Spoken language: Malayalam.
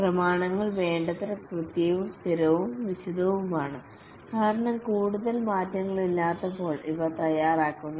പ്രമാണങ്ങൾ വേണ്ടത്ര കൃത്യവും സ്ഥിരവും വിശദവുമാണ് കാരണം കൂടുതൽ മാറ്റങ്ങളില്ലാത്തപ്പോൾ ഇവ തയ്യാറാക്കുന്നു